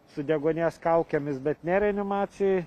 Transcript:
su deguonies kaukėmis bet ne reanimacijoj